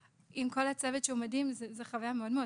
עם כל זה שהצוות מדהים, זאת חוויה מאוד קשה.